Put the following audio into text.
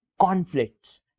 conflicts